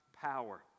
power